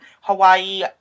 Hawaii